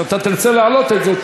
כשאתה תרצה להעלות את זה,